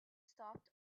stopped